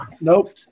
Nope